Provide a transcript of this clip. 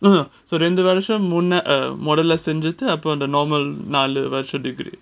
no no ரெண்டு வருஷம் முதல செஞ்சிட்டு அப்புறம்:rendu varusam muthala senchitu apuram normal இந்த நாலு வருஷ:indha naalu varusa virtual degree